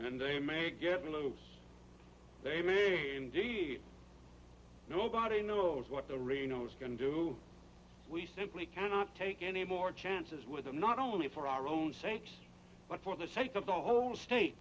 know they may indeed nobody knows what the rino is going to do we simply cannot take any more chances with them not only for our own sake but for the sake of the whole state